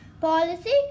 policy